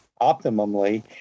optimally